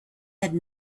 had